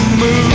move